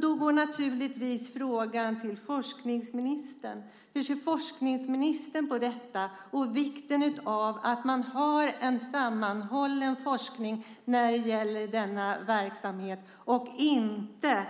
Då går naturligtvis frågan till forskningsministern: Hur ser forskningsministern på detta och på vikten av att man har en sammanhållen forskning när det gäller denna verksamhet och inte